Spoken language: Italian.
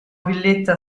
villetta